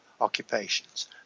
occupations